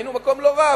היינו במקום לא רע,